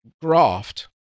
graft